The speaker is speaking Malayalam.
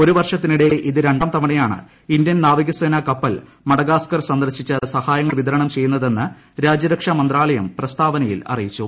ഒരു വർഷത്തിനിടെ ഇത് രണ്ടാം തവണയാണ് ഇന്ത്യൻ നാവികസേന കപ്പൽ മഡഗാസ്കർ സന്ദർശിച്ച് സഹായങ്ങൾ വിതരണം ചെയ്യുന്നതെന്ന് രാജ്യരക്ഷാ മന്ത്രാലയം പ്രസ്താവനയിൽ അറിയിച്ചു